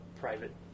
private